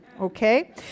Okay